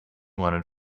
wanted